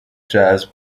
جذب